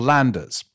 Landers